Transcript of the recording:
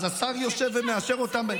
אז השר יושב ומאשר אותן?